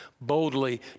boldly